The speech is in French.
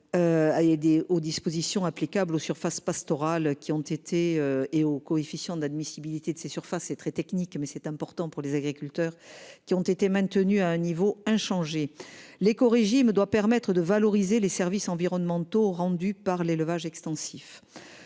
aux dispositions applicables aux surfaces pastorales qui ont été et au coefficient d'admissibilité de ces surfaces et très technique mais c'est important pour les agriculteurs qui ont été maintenus à un niveau inchangé. L'éco-régime doit permettre de valoriser les services environnementaux rendus par l'élevage extensif.